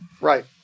Right